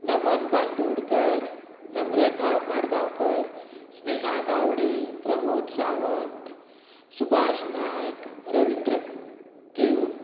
Naman Bandodkar Namrata Madgaonkar Sneha Gawade Pramod Sawant Subhash Naik Ravindra K